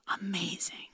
amazing